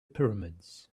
pyramids